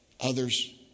others